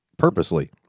Purposely